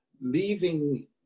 leaving